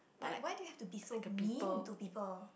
like why do you have to be so mean to people